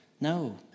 No